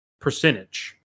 percentage